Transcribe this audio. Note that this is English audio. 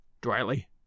dryly